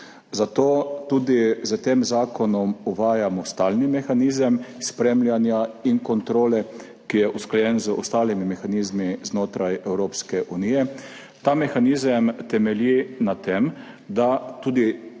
Zato tudi s tem zakonom uvajamo stalni mehanizem spremljanja in kontrole, ki je usklajen z ostalimi mehanizmi znotraj Evropske unije. Ta mehanizem temelji na tem, da tudi,